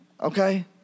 Okay